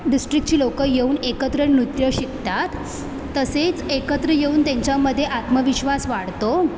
डिस्ट्रिक्टची लोकं येऊन एकत्र नृत्य शिकतात तसेच एकत्र येऊन त्यांच्यामध्ये आत्मविश्वास वाढतो